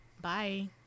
Bye